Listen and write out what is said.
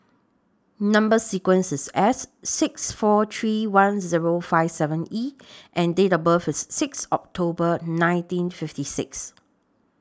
Number sequence IS S six four three one Zero five seven E and Date of birth IS Sixth October nineteen fifty six